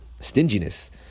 stinginess